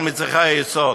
על מצרכי היסוד,